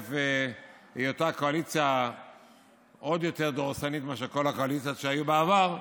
מתוקף היותה קואליציה עוד יותר דורסנית מאשר כל הקואליציות שהיו בעבר,